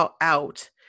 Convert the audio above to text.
out